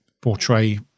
portray